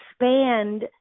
expand